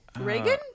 Reagan